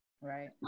Right